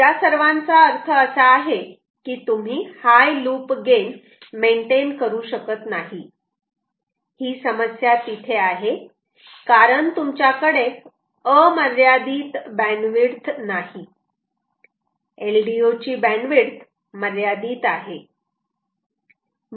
त्या सर्वांचा अर्थ असा आहे की तुम्ही हाय लूप गेन मेंटेन करू शकत नाही ही समस्या तिथे आहे कारण तुमच्याकडे अमर्यादित बँडविड्थ नाही LDO ची बँडविड्थ मर्यादित आहे